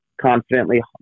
confidently